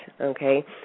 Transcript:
Okay